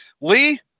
Lee